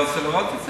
אתה רוצה לראות את זה?